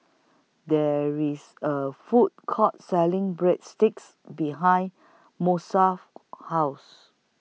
There IS A Food Court Selling Breadsticks behind Masako's House